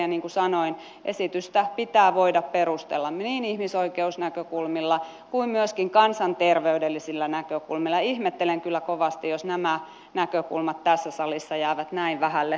ja niin kuin sanoin esitystä pitää voida perustella niin ihmisoikeusnäkökulmilla kuin myöskin kansanterveydellisillä näkökulmilla ja ihmettelen kyllä kovasti jos nämä näkökulmat tässä salissa jäävät näin vähälle huomiolle